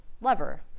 Lever